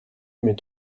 mes